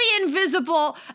invisible